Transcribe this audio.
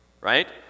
right